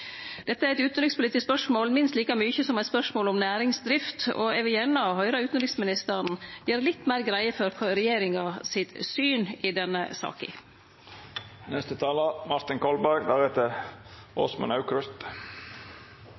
Dette er eit utanrikspolitisk spørsmål minst like mykje som eit spørsmål om næringsdrift, og eg vil gjerne høyre utanriksministeren gjere litt meir greie for regjeringa sitt syn i denne